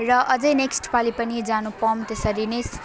र अझ नेक्सट पालि पनि जान पाऊँ त्यसरी नै